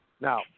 Now